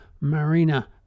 Marina